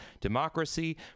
democracy